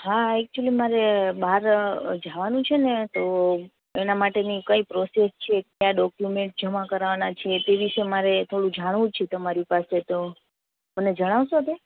હા એક્ચ્યુલી મારે બહાર જવાનું છે ને તો એના માટે કંઈ પ્રોસેસ છે ક્યાં ડોક્યુમેન્ટ જમા કરવાના છે તે વિશે મારે થોડું જાણવું છે તમારી પાસે તો મને જણાવશો અત્યારે